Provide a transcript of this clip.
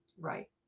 Right